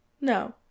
No